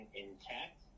intact